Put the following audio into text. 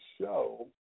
show